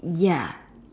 ya